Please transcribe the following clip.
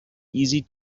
easy